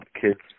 Kids